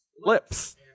Lips